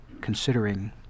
considering